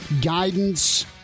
guidance